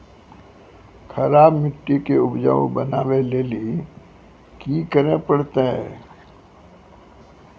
खराब मिट्टी के उपजाऊ बनावे लेली की करे परतै?